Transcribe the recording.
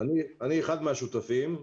אני אחד מהשותפים.